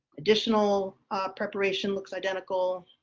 additional preparation looks identical.